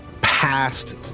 past